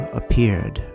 appeared